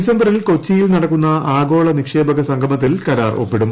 ഡിസംബറിൽ കൊച്ചിയിൽ നടക്കുന്ന ആഗോള നിക്ഷേപക സംഗമത്തിൽ കരാർ ഒപ്പിടും